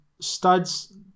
studs